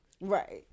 Right